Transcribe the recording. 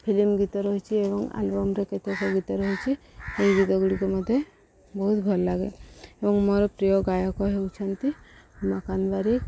film ଗୀତ ରହିଛି ଏବଂ ଆଲବମ୍ରେ କେତେକ ଗୀତ ରହିଛି ଏହି ଗୀତଗୁଡ଼ିକ ମୋତେ ବହୁତ ଭଲ ଲାଗେ ଏବଂ ମୋର ପ୍ରିୟ ଗାୟକ ହେଉଛନ୍ତି ହେମକାନ୍ତ ବାରିକ